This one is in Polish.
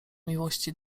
miłości